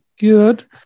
Good